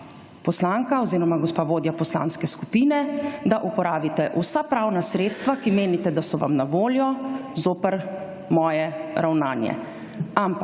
poslanka oziroma gospa vodja poslanske skupine, da uporabite vsa pravna sredstva, ki menite, da so vam na voljo zoper moje ravnanje. Ampak,